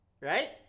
right